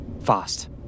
fast